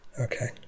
Okay